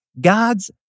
God's